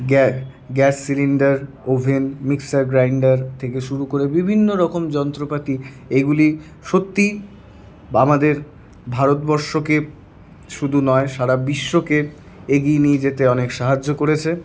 gas cylinder oven mixer grinder থেকে শুরু করে বিভিন্নরকম যন্ত্রপাতি এইগুলি সত্যিই আমাদের ভারতবর্ষকে শুধু নয় সারা বিশ্বকে এগিয়ে নিয়ে যেতে অনেক সাহায্য করেছে